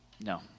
No